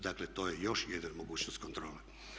Dakle, to je još jedna mogućnost kontrole.